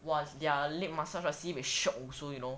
!wah! their leg massage sibeh shiok also you know